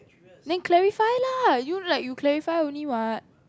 then clarify lah you like you clarify only what